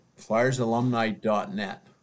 flyersalumni.net